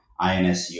INSU